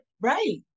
Right